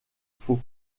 faux